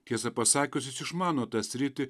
tiesa pasakius jis išmano tą sritį